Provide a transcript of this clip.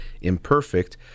imperfect